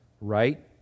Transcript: right